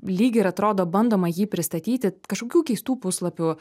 lyg ir atrodo bandoma jį pristatyti kažkokių keistų puslapių